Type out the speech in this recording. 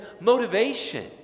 motivation